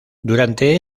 durante